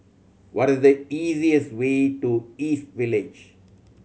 what is the easiest way to East Village